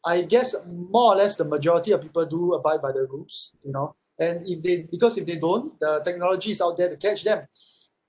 I guess more or less the majority of people do abide by the rules you know and if they because if they don't the technology is out there to catch them